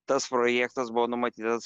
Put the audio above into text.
tas projektas buvo numatytas